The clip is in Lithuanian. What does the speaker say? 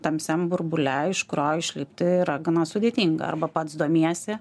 tamsiam burbule iš kurio išlipti yra gana sudėtinga arba pats domiesi